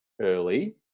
early